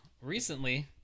recently